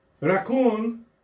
Raccoon